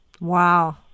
Wow